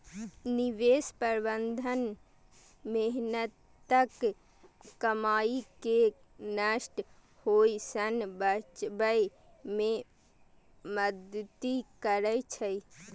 निवेश प्रबंधन मेहनतक कमाई कें नष्ट होइ सं बचबै मे मदति करै छै